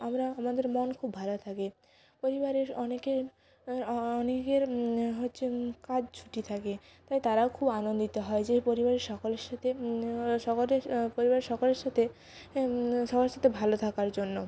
আমরা আমাদের মন খুব ভালো থাকে পরিবারের অনেকে অনেকের হচ্ছে কাজ ছুটি থাকে তাই তারাও খুব আনন্দিত হয় যে পরিবারের সকলের সাথে সকলের পরিবার সকলের সাথে সবার সাথে ভালো থাকার জন্য